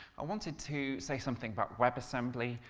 i wanted to say something about webassembly.